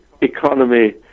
economy